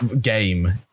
Game